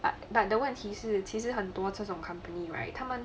but but the 问题是其实很多这种 company right 他们